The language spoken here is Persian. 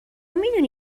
میدونی